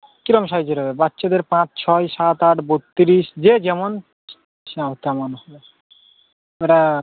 কীরম সাইজের হবে বাচ্চাদের পাঁচ ছয় সাত আট বত্রিশ যে যেমন তার তেমন হ্যাঁ সেটা